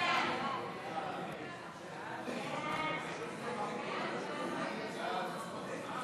להעביר את הצעת חוק